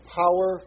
power